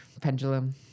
Pendulum